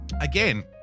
Again